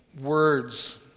words